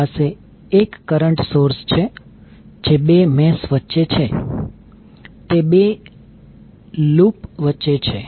આપણી પાસે 1 current source છે જે 2 મેશ વચ્ચે છે તે 2 લૂપ વચ્ચે છે